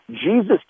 Jesus